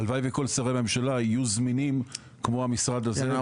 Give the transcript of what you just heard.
הלוואי שכל שרי הממשלה יהיו זמינים כמו המשרד הזה והשרה.